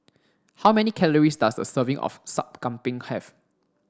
how many calories does a serving of Sup Kambing have